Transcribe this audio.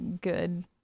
good